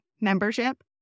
membership